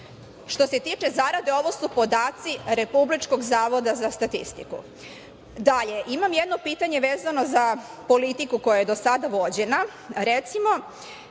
Što se tiče zarade, ovo su podaci Republičkog zavoda za statistiku. Dalje, imam jedno pitanje vezano za politiku koja je do sada vođena.